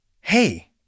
hey